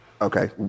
Okay